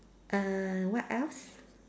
err what else